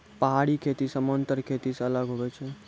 पहाड़ी खेती समान्तर खेती से अलग हुवै छै